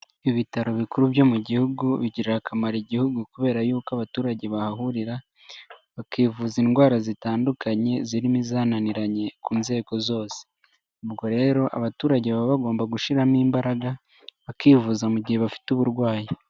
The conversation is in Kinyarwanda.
Ibitaro bikuru byo mu gihugu bigirira akamaro igihugu kubera yuko abaturage bahahurira, bakivuza indwara zitandukanye zirimo izananiranye ku nzego zose. Ubwo rero abaturage baba bagomba gushyiramo imbaraga bakivuza mu gihe bafite uburwayi.